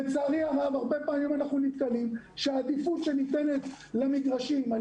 לצערי הרב הרבה פעמים אנחנו נתקלים במצב שהעדיפות שניתנת למגרשים על